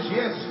yes